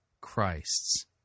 Christ's